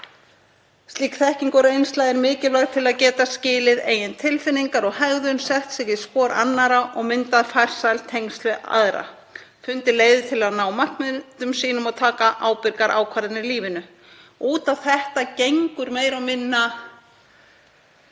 „Slík þekking og reynsla er mikilvæg til að geta skilið eigin tilfinningar og hegðun, sett sig í spor annarra og myndað farsæl tengsl við aðra, fundið eigin leiðir til að ná markmiðum sínum og tekið ábyrgar ákvarðanir í lífinu.“ Út á þetta gengur meira og minna